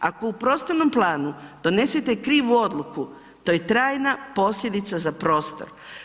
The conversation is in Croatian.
Ako u prostornom planu donesete krivu odluku, to je trajna posljedica za prostor.